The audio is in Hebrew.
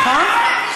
נכון?